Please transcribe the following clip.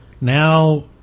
Now